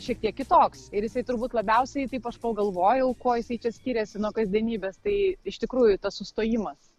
šiek tiek kitoks ir jisai turbūt labiausiai taip aš pagalvojau kuo jisai čia skiriasi nuo kasdienybės tai iš tikrųjų tas sustojimas